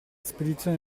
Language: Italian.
spedizione